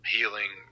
Healing